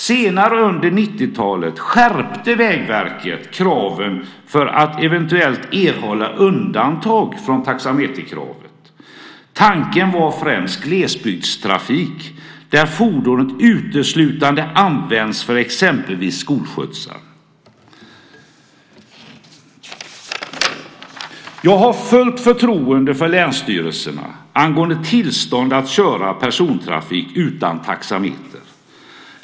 Senare under 1990-talet skärpte Vägverket kraven för att erhålla undantag från taxameterkravet. Det man hade i åtanke var främst glesbygdstrafik där ett fordon används uteslutande för exempelvis skolskjutsar. Jag har fullt förtroende för länsstyrelserna och deras hantering av tillstånd för att få köra persontrafik utan taxameter.